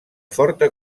forta